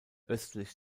östlich